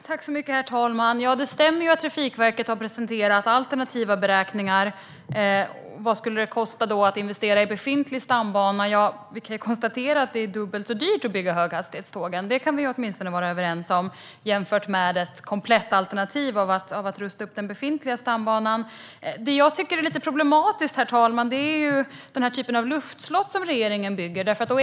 Herr talman! Det stämmer att Trafikverket har presenterat alternativa beräkningar. Vad skulle det då kosta att investera i befintlig stambana? Vi kan konstatera att det är dubbelt så dyrt att bygga höghastighetstågen - det kan vi väl åtminstone vara överens om - jämfört med ett komplett alternativ: att rusta upp den befintliga stambanan. Det som är lite problematiskt, herr talman, är de luftslott som regeringen bygger.